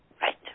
right